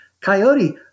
Coyote